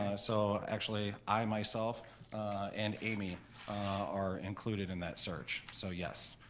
so actually i myself and amy are included in that search, so yes.